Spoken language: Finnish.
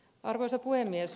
arvoisa puhemies